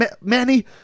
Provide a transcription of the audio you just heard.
Manny